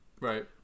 right